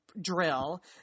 drill